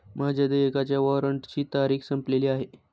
माझ्या देयकाच्या वॉरंटची तारीख संपलेली आहे